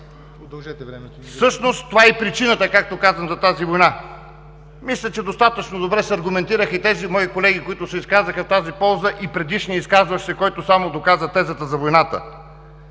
Всъщност това е и причината, както казах, за тази война. Мисля, че достатъчно добре се аргументираха и моите колеги, които се изказаха в тази полза и предишния изказващ се, който само доказа тезата за войната.